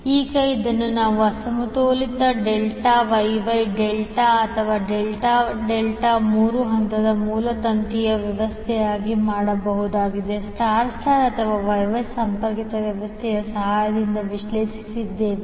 ಈಗ ಇದನ್ನು ನಾವು ಅಸಮತೋಲಿತ ಡೆಲ್ಟಾ ವೈ ವೈ ಡೆಲ್ಟಾ ಅಥವಾ ಡೆಲ್ಟಾ ಡೆಲ್ಟಾ ಮೂರು ಹಂತದ ಮೂರು ತಂತಿ ವ್ಯವಸ್ಥೆಗಳಿಗೆ ಮಾಡಬಹುದಾದ ಸ್ಟಾರ್ ಸ್ಟಾರ್ ಅಥವಾ Y Y ಸಂಪರ್ಕಿತ ವ್ಯವಸ್ಥೆಯ ಸಹಾಯದಿಂದ ವಿಶ್ಲೇಷಿಸಿದ್ದೇವೆ